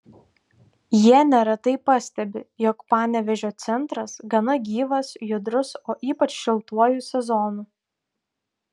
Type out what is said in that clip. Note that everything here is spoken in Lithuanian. jie neretai pastebi jog panevėžio centras gana gyvas judrus o ypač šiltuoju sezonu